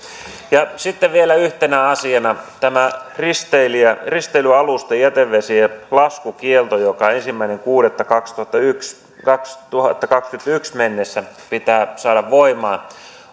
sitten vielä yhtenä asiana tämä risteilyalusten jätevesien laskukielto joka ensimmäinen kuudetta kaksituhattakaksikymmentäyksi mennessä pitää saada voimaan